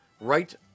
right